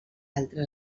altres